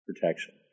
protection